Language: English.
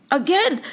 again